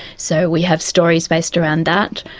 so we have stories based around that.